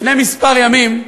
לפני כמה ימים,